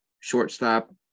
Shortstop